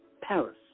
Paris